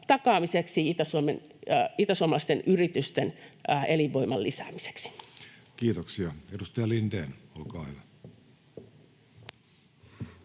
takaamiseksi, itäsuomalaisten yritysten elinvoiman lisäämiseksi. Kiitoksia. — Edustaja Lindén, olkaa hyvä.